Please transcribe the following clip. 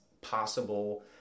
possible